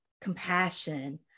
compassion